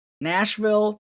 Nashville